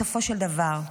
בסופו של דבר,